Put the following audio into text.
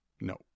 No